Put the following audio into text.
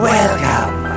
Welcome